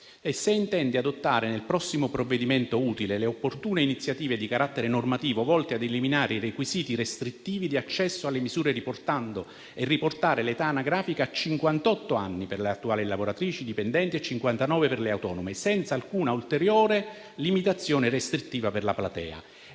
e se intenda adottare nel prossimo provvedimento utile le opportune iniziative di carattere normativo volte a eliminare i requisiti restrittivi di accesso alle misure e riportare l'età anagrafica a cinquantotto anni per le attuali lavoratrici dipendenti e a cinquantanove per le autonome, senza alcuna ulteriore limitazione restrittiva per la platea.